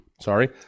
Sorry